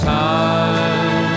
time